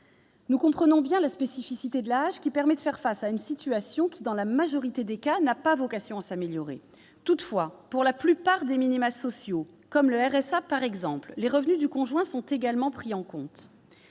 Nous comprenons bien la spécificité de l'AAH, laquelle permet de faire face à une situation qui, dans la majorité des cas, n'a pas vocation à s'améliorer. Toutefois, pour la plupart des minima sociaux, comme le RSA, les revenus du conjoint sont également pris en compte